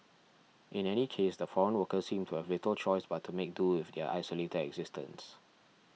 in any case the foreign workers seem to have little choice but to make do with their isolated existence